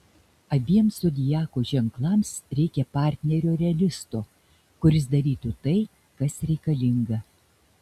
abiem zodiako ženklams reikia partnerio realisto kuris darytų tai kas reikalinga